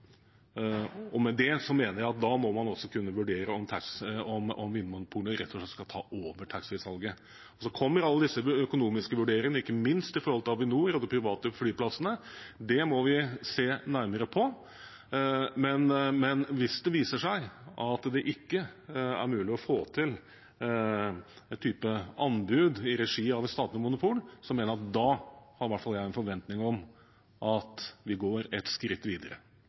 Med det mener jeg at da må man også kunne vurdere om Vinmonopolet rett og slett skal ta over taxfree-salget. Og så kommer alle disse økonomiske vurderingene, ikke minst i forhold til Avinor og de private flyplassene. Det må vi se nærmere på. Men hvis det viser seg at det ikke er mulig å få til den type anbud for et statlig monopol, har i hvert fall jeg en forventning om at vi går ett skritt videre.